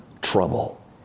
trouble